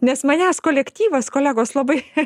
nes manęs kolektyvas kolegos labai